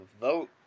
vote